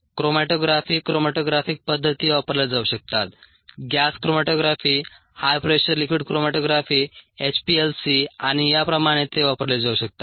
chromatography chromatographic पद्धती वापरल्या जाऊ शकतात gas chromatography high pressure liquid chromatography HPLC आणि याप्रमाणे त्या वापरल्या जाऊ शकतात